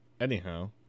Anyhow